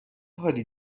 حالی